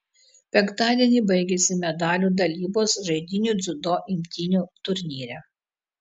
penktadienį baigėsi medalių dalybos žaidynių dziudo imtynių turnyre